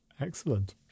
Excellent